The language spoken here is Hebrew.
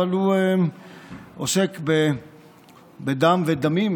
אבל הוא עוסק בדם ובדמים.